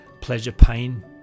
pleasure-pain